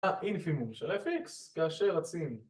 אינפימום של fx כאשר רצים